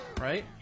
right